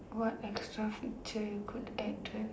what extra feature you could add to an